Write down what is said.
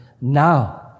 now